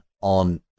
on